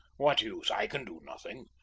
what use? i can do nothing.